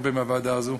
הרבה מהוועדה הזאת,